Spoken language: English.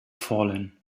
fallen